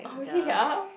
obviously ya